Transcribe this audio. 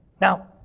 Now